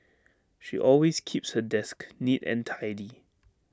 she always keeps her desk neat and tidy